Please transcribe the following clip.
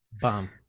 bomb